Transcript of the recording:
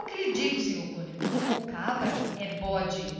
o que lhe digo senhor cônego o cabra é bode